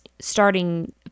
starting